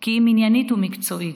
כי אם עניינית ומקצועית,